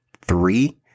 Three